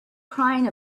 crying